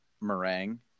meringue